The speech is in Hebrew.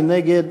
מי נגד?